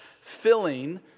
filling